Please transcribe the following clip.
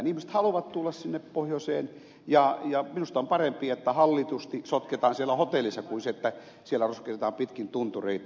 ihmiset haluavat tulla sinne pohjoiseen ja minusta on parempi että hallitusti sotketaan siellä hotellissa kuin että siellä roskataan pitkin tuntureita